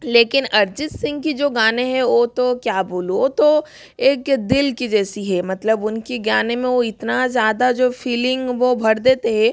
लेकिन अरिजित सिंह के जो गाने है वो तो क्या बोलूँ वो तो एक दिल के जैसी है मतलब उनके गाने में वो इतना ज़्यादा जो फिलिंग वो भर देते हैं